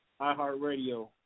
iHeartRadio